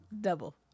Double